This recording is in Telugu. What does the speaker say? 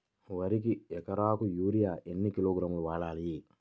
వరికి ఎకరాకు యూరియా ఎన్ని కిలోగ్రాములు వాడాలి?